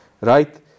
right